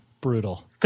Brutal